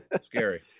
scary